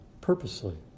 purposely